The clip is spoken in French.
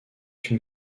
une